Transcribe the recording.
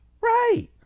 right